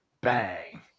Bang